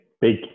big